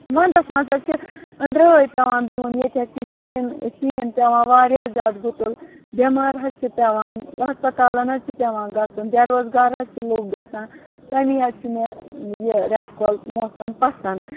وَنٛدَس منٛز حظ چھِ أنٛدرٲے پٮ۪وان بِہُن ییٚتہِ حظ چھِ شیٖن شیٖن پٮ۪وان واریاہ زیادٕ گُتُل بٮ۪مار حظ چھِ پٮ۪وان ہَسپَتالَن حظ چھُ پٮ۪وان گَژھُن بے روزگار حظ چھِ لُکھ گَژھان تَمی حظ چھُ مےٚ یہِ رٮ۪تہٕ کول موسَم پَسَنٛد